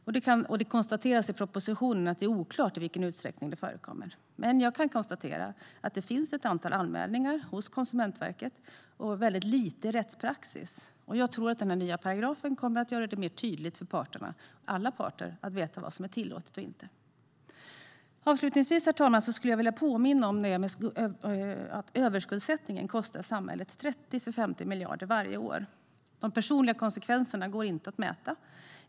Och det konstateras i propositionen att det är oklart i vilken utsträckning det förekommer. Men jag kan konstatera att det finns ett antal anmälningar hos Konsumentverket och väldigt lite rättspraxis. Jag tror att den nya paragrafen kommer att göra det mer tydligt för alla parter vad som är tillåtet och inte. Avslutningsvis, herr talman, skulle jag vilja påminna om att överskuldsättningen kostar samhället 30-50 miljarder varje år. De personliga konsekvenserna går inte att mäta.